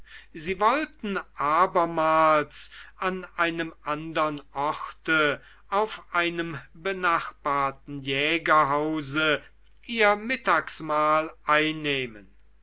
sie wollten abermals an einem andern orte auf einem benachbarten jägerhause ihr mittagmahl einnehmen